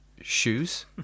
shoes